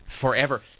forever